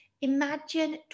imagine